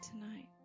tonight